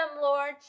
Lord